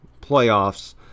playoffs